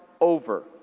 over